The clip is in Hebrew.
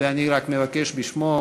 ואני רק מבקש בשמו,